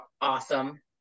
Awesome